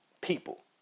people